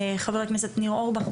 חבר הכנסת ניר אורבך,